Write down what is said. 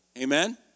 Amen